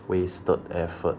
wasted effort